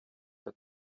für